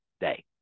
day